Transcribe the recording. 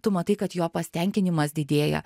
tu matai kad jo pasitenkinimas didėja